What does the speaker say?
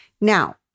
Now